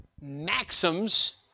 maxims